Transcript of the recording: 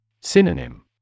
Synonym